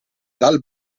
dal